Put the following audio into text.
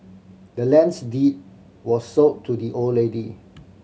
the land's deed was sold to the old lady